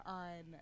on